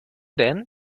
denn